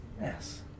Yes